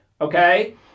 okay